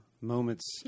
moments